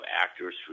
actors